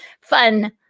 fun